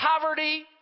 poverty